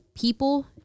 people